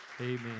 Amen